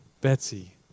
Betsy